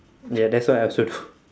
ya that's what I also do